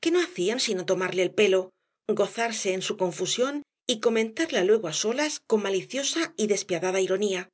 que no hacían sino tomarle el pelo gozarse en su confusión y comentarla luego á solas con maliciosa y despiadada ironía